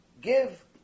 give